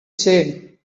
say